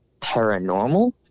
paranormal